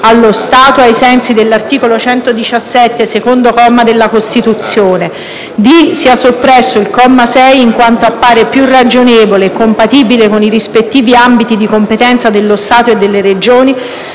allo Stato, ai sensi dell'articolo 117, secondo comma, della Costituzione; d) sia soppresso il comma 6, in quanto appare più ragionevole - e compatibile con i rispettivi ambiti di competenza dello Stato e delle Regioni